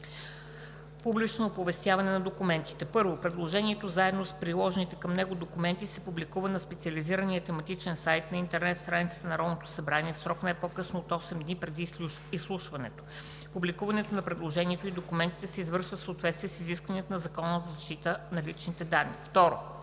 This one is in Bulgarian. Публично оповестяване на документите 1. Предложението заедно с приложените към него документи се публикува на специализирания тематичен сайт на интернет страницата на Народното събрание в срок, не по-късно от 8 дни преди изслушването. Публикуването на предложението и документите се извършва в съответствие с изискванията на Закона за защита на личните данни. 2.